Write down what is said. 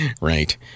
Right